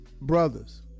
Brothers